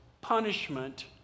punishment